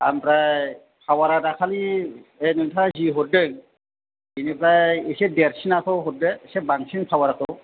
ओमफ्राय पावारा दाखालि बे नोंथाङा जे हरदों बेनिफ्राय एसे देरसिनखौ हरदो एसे बांसिन पावारखौ